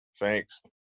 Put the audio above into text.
Thanks